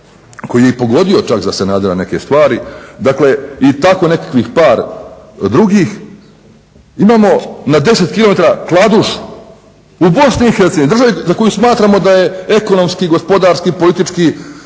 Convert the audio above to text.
koji je i pogodio čak za Sanadera neke stvari, dakle i tako nekakvih par drugih imamo na 10 kilometara Kladušu u Bosni i Hercegovini, državu za koju smatramo da je ekonomski, gospodarski i politički